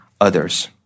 others